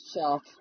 shelf